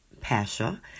Pasha